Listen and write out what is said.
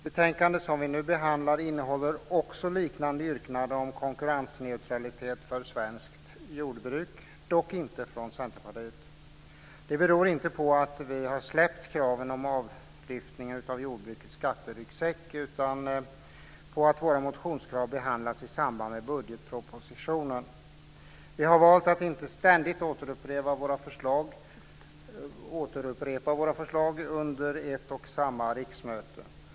Betänkandet som vi nu behandlar innehåller liknande yrkanden om konkurrensneutralitet för svenskt jordbruk, dock inte från Centerpartiet. Det beror inte på att vi har släppt kraven på avlyftning av jordbrukets skatteryggsäck, utan på att våra motionskrav behandlas i samband med budgetpropositionen. Vi har valt att inte ständigt återupprepa våra förslag under ett och samma riksmöte.